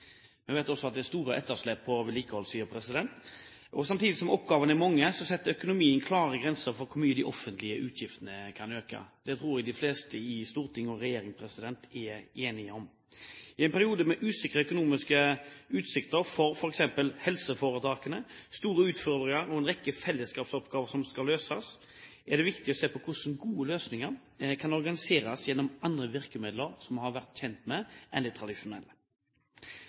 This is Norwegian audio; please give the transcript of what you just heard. Vi vet også at det er store etterslep på vedlikeholdssiden. Samtidig som oppgavene er mange, setter økonomien klare grenser for hvor mye de offentlige utgiftene kan øke. Det tror jeg de fleste i storting og regjering er enige om. I en periode med usikre økonomiske utsikter for f.eks. helseforetakene, store utfordringer og en rekke fellesskapsoppgaver som skal løses, er det viktig å se på hvordan gode løsninger kan organiseres gjennom andre virkemidler som en hadde vært tjent med, enn de tradisjonelle.